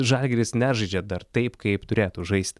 žalgiris nežaidžia dar taip kaip turėtų žaisti